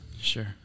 Sure